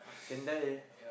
can die eh